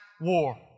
war